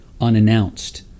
unannounced